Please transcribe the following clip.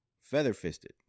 feather-fisted